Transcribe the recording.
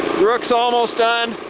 rook's almost done.